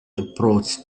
approached